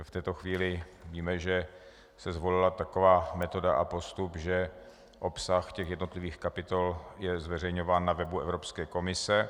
V této chvíli víme, že se zvolila taková metoda a postup, že obsah jednotlivých kapitol je zveřejňován na webu Evropské komise.